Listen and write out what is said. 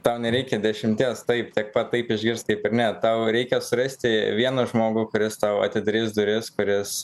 tau nereikia dešimties taip tiek pat taip išgirst kaip ir ne tau reikia surasti vieną žmogų kuris tau atidarys duris kuris